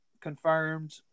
confirmed